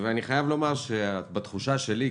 אני חייב לומר שלפי התחושה שלי,